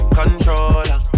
controller